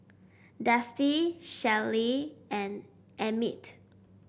Dusty Shelly and Emmit